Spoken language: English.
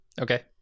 Okay